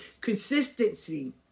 consistency